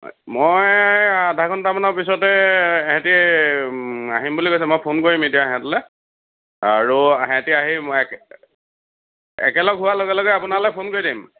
মই আধাঘণ্টা মানৰ পিছতে এহেঁতি আহিম বুলি কৈছে মই ফোন কৰিম এতিয়া এহেঁতলে আৰু এহেঁতি আহি একে একেলগ হোৱাৰ লগে লগে আপোনালে ফোন কৰি দিম